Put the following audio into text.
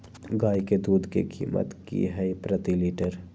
गाय के दूध के कीमत की हई प्रति लिटर?